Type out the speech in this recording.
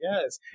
Yes